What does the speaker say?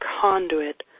conduit